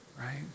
right